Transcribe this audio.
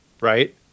right